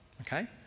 Okay